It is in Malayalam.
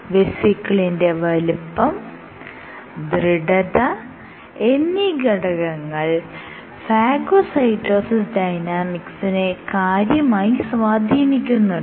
വെസിക്കിളിന്റെ വലുപ്പം ദൃഢത എന്നീ ഘടകങ്ങൾ ഫാഗോസൈറ്റോസിസ് ഡൈനാമിക്സിനെ കാര്യമായി സ്വാധീനിക്കുന്നുണ്ട്